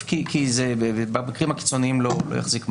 כי במקרים הקיצוניים זה לא יחזיק מים,